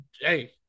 hey